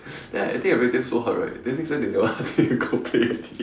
then I think wreck them so hard right then next time they never ask me to go play already